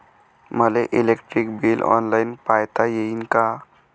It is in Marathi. मले इलेक्ट्रिक बिल ऑनलाईन पायता येईन का?